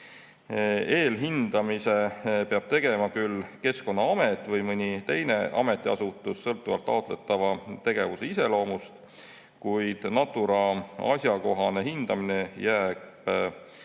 Eelhindamise peab tegema küll Keskkonnaamet või mõni teine ametiasutus sõltuvalt taotletava tegevuse iseloomust, kuid Natura asjakohane hindamine jääb